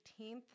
18th